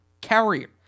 Carrier